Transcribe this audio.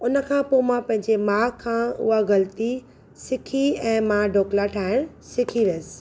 हुन खां पोइ मां पंहिंजी मां खां उहा ग़लती सीखी ऐं मां ढोकला ठाहिण सीखी वियसि